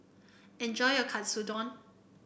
enjoy your Katsudon